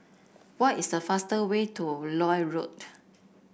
what is the fast way to Lloyd Road